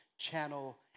channel